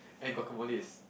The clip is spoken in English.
and guacamoles